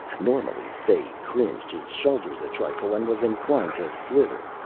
normally fay cringed his shoulders a trifle and was inclined to slither,